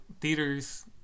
theaters